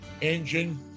engine